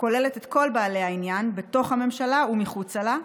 וכוללת את כל בעלי העניין בתוך הממשלה ומחוץ לה,